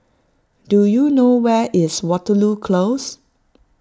do you know where is Waterloo Close